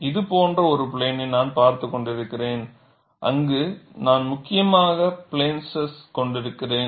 இது போன்ற ஒரு பிளேனை நான் பார்த்துக் கொண்டிருக்கிறேன் அங்கு நான் முக்கியமாக பிளேன் ஸ்ட்ரெஸ் கொண்டிருக்கிறேன்